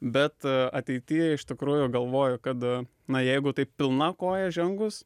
bet ateity iš tikrųjų galvoju kad na jeigu taip pilna koja žengus